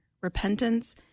repentance